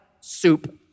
soup